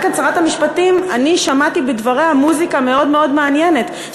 אני שמעתי בדבריה מוזיקה מאוד מעניינת,